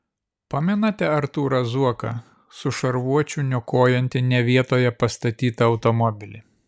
pamenate artūrą zuoką su šarvuočiu niokojantį ne vietoje pastatytą automobilį